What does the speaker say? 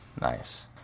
Nice